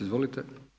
Izvolite.